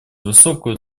высокую